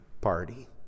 party